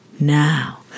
Now